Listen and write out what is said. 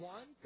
One